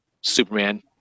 Superman